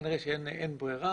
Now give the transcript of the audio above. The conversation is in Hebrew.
כנראה שאין ברירה,